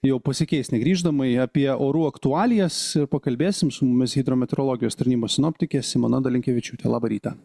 jau pasikeis negrįžtamai apie orų aktualijas pakalbėsim su mumis hidrometeorologijos tarnybos sinoptikė simona dalinkevičiūtė labą rytą